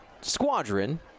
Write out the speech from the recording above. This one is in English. Squadron